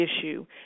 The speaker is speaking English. issue